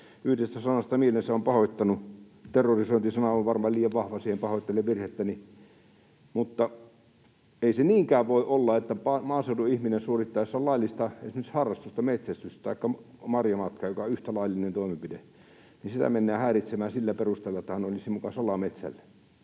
yhdestä sanasta mielensä on pahoittanut. Terrorisointi-sana on varmaan liian vahva siihen, ja pahoittelen virhettäni. Ei se niinkään voi olla, että maaseudun ihmistä hänen suorittaessaan laillista harrastusta, esimerkiksi metsästystä taikka marjamatkaa, joka on yhtä laillinen toimenpide, mennään häiritsemään sillä perusteella, että hän olisi muka salametsällä